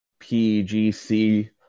PGC